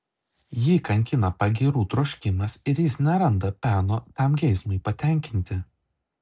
jį kankina pagyrų troškimas ir jis neranda peno tam geismui patenkinti